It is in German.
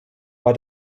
war